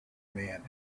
man